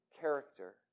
character